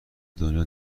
دنیا